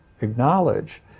acknowledge